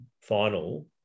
final